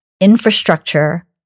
infrastructure